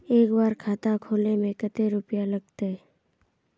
एक बार खाता खोले में कते रुपया लगते?